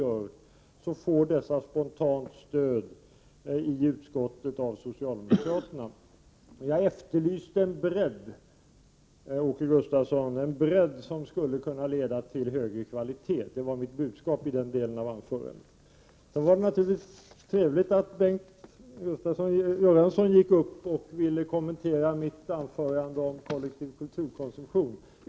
1988/89:103 av socialdemokraterna. Jag efterlyste en bredd, Åke Gustavsson, som skulle 25 april 1989 kunna leda till högre kvalitet. Det var mitt budskap i den delen av anförandet. Det var naturligtvis trevligt att Bengt Göransson gick upp och kommenterade mitt anförande om kollektiv kulturkonsumtion.